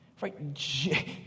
right